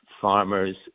farmers